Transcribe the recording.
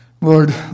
Lord